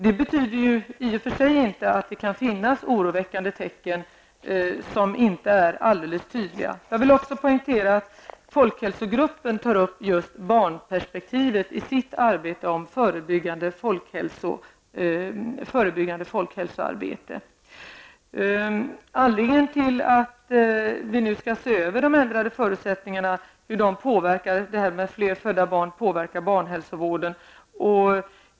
Det betyder i och för sig inte att det inte kan finnas oroväckande tecken som inte är tydliga. Jag vill också poängtera att folkhälsogruppen tar upp just barnperspektivet i sitt arbete om förebyggande folkhälsoarbete. Vi skall nu se över hur fler födda barn påverkar barnhälsovården.